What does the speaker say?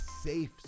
safe